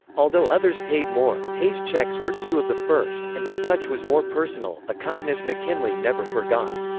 although others paid more, hay's checks were two of the first, and his touch was more personal, a kindness mckinley never forgot.